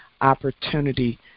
opportunity